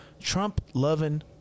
Trump-loving